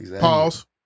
Pause